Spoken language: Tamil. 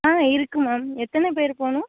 ஆ இருக்கு மேம் எத்தனை பேர் போவணும்